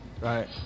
Right